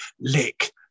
lick